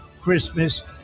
Christmas